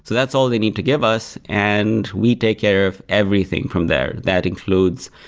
so that's all they need to give us. and we take care of everything from there. that includes,